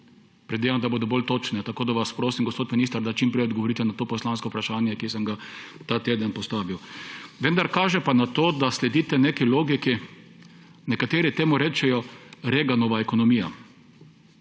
predvidevam, da bodo bolj točne, tako da vas prosim, gospod minister, da čim prej odgovorite na poslansko vprašanje, ki sem ga ta teden postavil. Kaže pa na to, da sledite neki logiki, ki ji nekateri rečejo Reaganova ekonomija